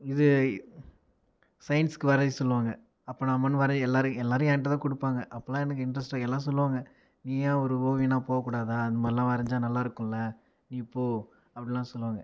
இது சையின்ஸ்க்கு வரைய சொல்லுவாங்கள் அப்போ நான் மட்டும் வரைய எல்லாரும் எல்லாரும் என்கிட்ட தான் கொடுப்பாங்க அப்போல்லாம் எனக்கு இன்ட்ரெஸ்ட் எல்லாம் சொல்லுவாங்கள் நீ ஏன் ஒரு ஓவியனா போகக்கூடாதா அந்தமாதிரிலாம் வரைஞ்சால் நல்லா இருக்கும்ல நீ போக அப்படினுலாம் சொல்லுவாங்கள்